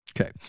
Okay